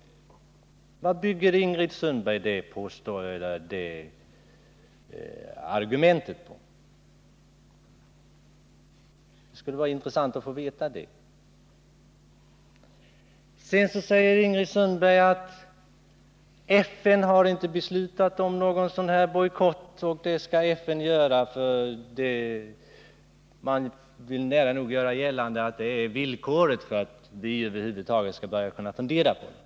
Vad bygger Ingrid Sundberg det argumentet på? Det skulle vara intressant att få veta detta. Sedan sade Ingrid Sundberg att FN inte har beslutat om någon sådan bojkott, och hon vill nära nog göra gällande att detta är villkoret för att vi över huvud taget skall kunna börja fundera över saken.